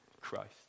Christ